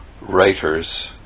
writers